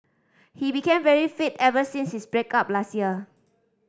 he became very fit ever since his break up last year